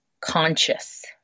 conscious